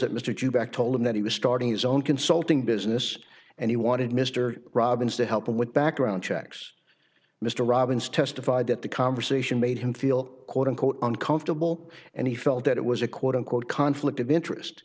that mr toback told him that he was starting his own consulting business and he wanted mr robbins to help with background checks mr robbins testified that the conversation made him feel quote unquote uncomfortable and he felt that it was a quote unquote conflict of interest